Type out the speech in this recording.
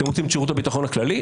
אתם רוצים את שירות הביטחון הכללי?